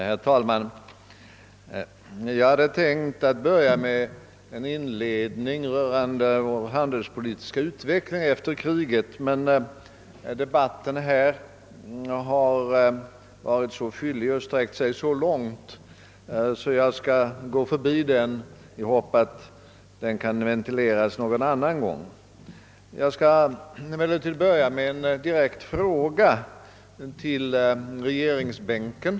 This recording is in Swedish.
Herr talman! Jag hade tänkt börja med en inledning rörande vår handelspolitiska utveckling efter kriget, men debatten har varit så fyllig och sträckt sig så långt att jag skall gå förbi denna i hopp om att den kan ventileras någon annan gång. Jag skall i stället börja med en direkt fråga till regeringsbänken..